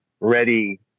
ready